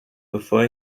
bevor